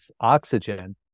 oxygen